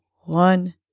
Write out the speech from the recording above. one